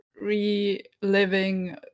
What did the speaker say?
reliving